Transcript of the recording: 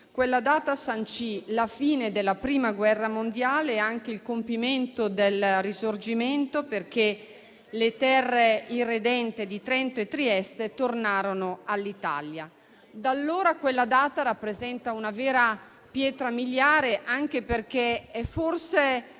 Quella data sancì la fine della Prima guerra mondiale e anche il compimento del Risorgimento, perché le terre irredente di Trento e Trieste tornarono all'Italia. Da allora quella data rappresenta una vera pietra miliare, anche perché forse